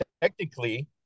technically